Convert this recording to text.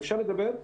אדוני,